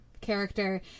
character